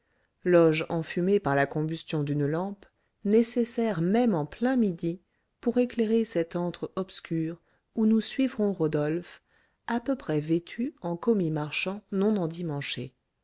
loge enfumée par la combustion d'une lampe nécessaire même en plein midi pour éclairer cet antre obscur où nous suivrons rodolphe à peu près vêtu en commis marchand non